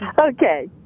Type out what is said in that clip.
Okay